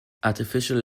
artificial